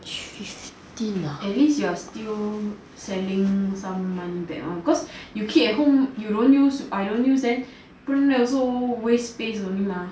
fifteen nah at least you yo're still selling some money back mah cause you keep at home you don't use I don't use then 扔 there also waste space only mah